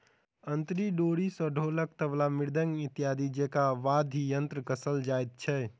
अंतरी डोरी सॅ ढोलक, तबला, मृदंग इत्यादि जेंका वाद्य यंत्र कसल जाइत छै